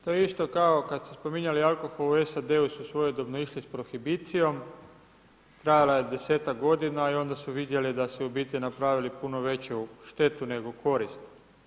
To je isto kao kad ste spominjali alkohol u SAD-u su svojedobno išli s prohibicijom, trajala je 10-ak godina i onda su vidjeli da su u biti napravili puno veću štetu, nego korist.